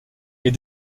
est